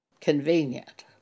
convenient